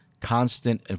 constant